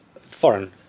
foreign